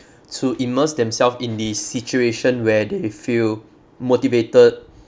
to immerse themself in the situation where they feel motivated